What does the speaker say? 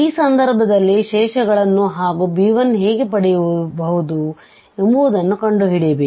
ಈ ಸಂದರ್ಭದಲ್ಲಿ ಶೇಷಗಳನ್ನುಹಾಗೂ b1 ಹೇಗೆ ಪಡೆಯುವುದು ಎಂಬುದನ್ನುಕಂಡುಹಿಡಿಯಬೇಕು